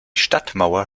stadtmauer